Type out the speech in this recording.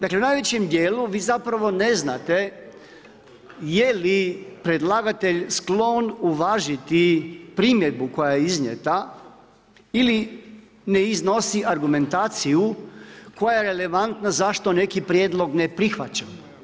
Dakle u najvećem dijelu vi zapravo ne znate jeli predlagatelj sklon uvažiti primjedbu koja je iznijeta ili ne iznosi argumentaciju koja je relevantna zašto neki prijedlog ne prihvaća.